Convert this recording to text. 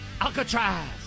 alcatraz